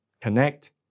connect